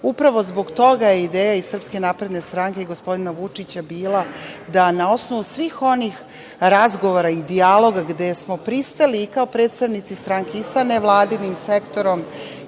zbog toga je ideja SNS i gospodina Vučića bila, na osnovu svih onih razgovora i dijaloga gde smo pristali i kao predstavnici stranke i sa nevladinim sektorom